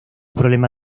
problema